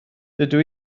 dydw